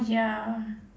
ya